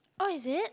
oh is it